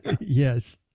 Yes